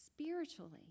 Spiritually